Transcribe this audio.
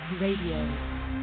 Radio